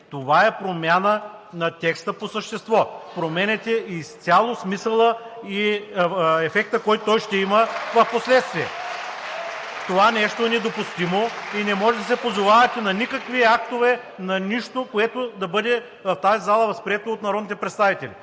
Това е промяна на текста по същество – променяте изцяло смисъла и ефекта, който той ще има впоследствие. (Ръкопляскания.) Това нещо е недопустимо и не може да се позовавате на никакви актове, на нищо, което да бъде в тази зала възприето от народните представители.